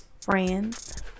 friends